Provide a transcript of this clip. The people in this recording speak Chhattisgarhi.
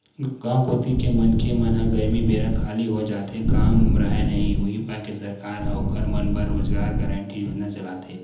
गाँव कोती के मनखे मन ह गरमी बेरा खाली हो जाथे काम राहय नइ उहीं पाय के सरकार ह ओखर मन बर रोजगार गांरटी योजना चलाथे